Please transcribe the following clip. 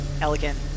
elegant